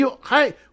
hi